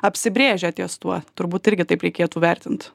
apsibrėžia ties tuo turbūt irgi taip reikėtų vertint